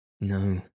No